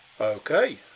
Okay